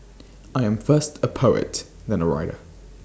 I am first A poet then A writer